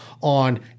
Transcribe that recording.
on